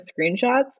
screenshots